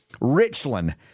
Richland